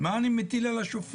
מה אני מטיל על השופט?